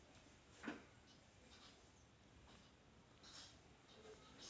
प्राण्यांचे निवासस्थान स्वच्छ व हवेशीर असावे जेणेकरून जनावरांना आजार होऊ नयेत